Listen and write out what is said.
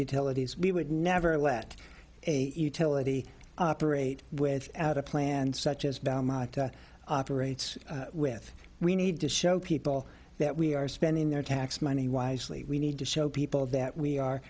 utilities we would never let a utility operate without a plan such as operates with we need to show people that we are spending their tax money wisely we need to show people that we are